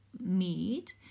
meat